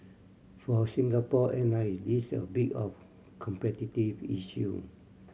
for Singapore Airline this a bit of a competitive issue